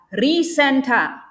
recenter